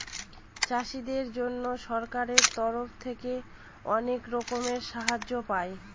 চাষীদের জন্য সরকারের তরফ থেকে অনেক রকমের সাহায্য পায়